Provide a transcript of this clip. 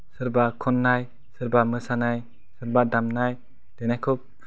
सोरबा खननाय सोरबा मोसानाय सोरबा दामनाय देनायखौ